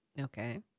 Okay